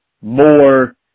more